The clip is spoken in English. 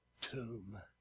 tomb